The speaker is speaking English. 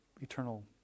eternal